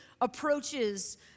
approaches